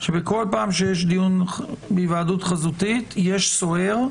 שבכל פעם שיש דיון בהיוועדות חזותית יש סוהר,